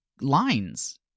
lines